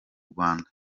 rwanda